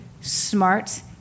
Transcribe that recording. smart